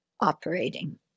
operating